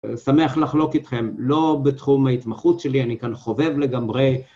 שמח לחלוק איתכם, לא בתחום ההתמחות שלי, אני כאן חובב לגמרי.